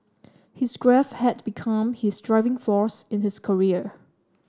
his grief had become his driving force in his career